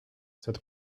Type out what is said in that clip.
cette